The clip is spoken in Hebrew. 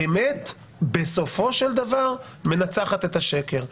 האמת, בסופו של דבר, מנצחת את השקר.